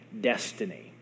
destiny